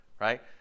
Right